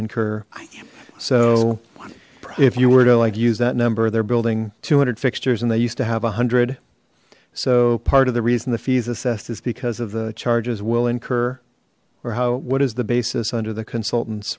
incur so if you were to like use that number they're building two hundred fixtures and they used to have a hundred so part of the reason the fees assessed is because of the charges will incur or how what is the basis under the consultant